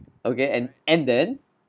okay and and then